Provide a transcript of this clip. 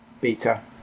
beta